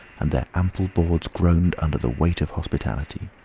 and their ample boards groaned under the weight of hospitality.